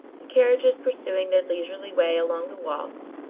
the carriages pursuing their leisurely way along the walks,